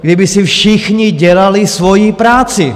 Kdyby si všichni dělali svoji práci.